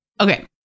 Okay